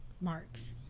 marks